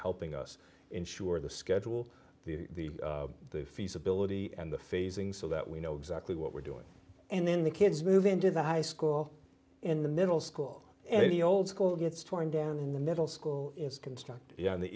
helping us ensure the schedule the feasibility and the phasing so that we know exactly what we're doing and then the kids move into the high school in the middle school and the old school gets torn down in the middle school is constructed on the